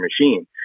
machine